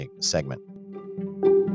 segment